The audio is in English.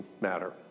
matter